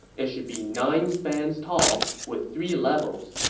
it should be nine spans tall, with three levels.